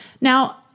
Now